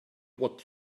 what